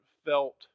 felt